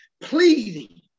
Pleading